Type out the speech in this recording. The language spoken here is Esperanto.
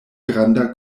granda